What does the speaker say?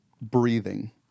breathing